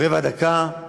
רבע דקה,